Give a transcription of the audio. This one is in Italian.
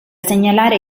segnalare